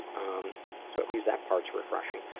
um so at least that parts refreshing.